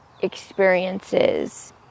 experiences